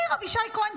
ניר אבישי כהן,